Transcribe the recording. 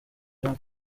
jean